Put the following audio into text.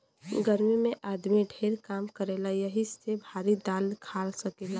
गर्मी मे आदमी ढेर काम करेला यही से भारी दाल खा सकेला